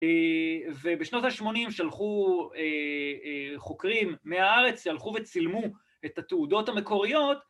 ובשנות ה-80 שלחו חוקרים מהארץ, הלכו וצילמו את התעודות המקוריות